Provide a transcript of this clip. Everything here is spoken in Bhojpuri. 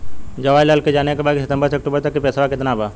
जवाहिर लाल के जाने के बा की सितंबर से अक्टूबर तक के पेसवा कितना बा?